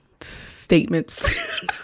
statements